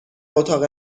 اتاق